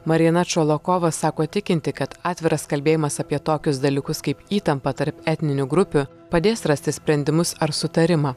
marijana čolokova sako tikinti kad atviras kalbėjimas apie tokius dalykus kaip įtampa tarp etninių grupių padės rasti sprendimus ar sutarimą